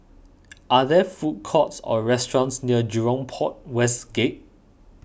are there food courts or restaurants near Jurong Port West Gate